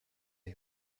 der